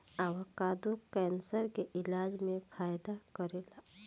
avocado cancer के इलाज में फायदा करेला